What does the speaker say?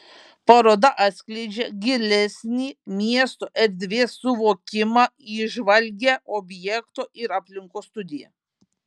paroda atskleidžia gilesnį miesto erdvės suvokimą įžvalgią objekto ir aplinkos studiją